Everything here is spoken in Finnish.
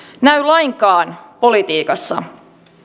näy lainkaan politiikassa